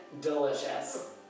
delicious